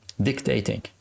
dictating